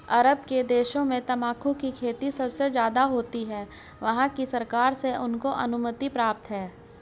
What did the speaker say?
अरब के देशों में तंबाकू की खेती सबसे ज्यादा होती है वहाँ की सरकार से उनको अनुमति प्राप्त है